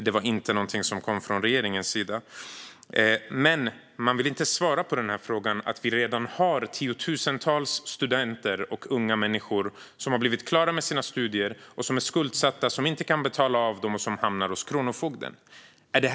Det var inte någonting som kom från regeringens sida. Men man vill inte svara på frågan om att vi redan har tiotusentals studenter och unga människor som har blivit klara med sina studier, som är skuldsatta och som inte kan betala av skulderna och hamnar hos kronofogden.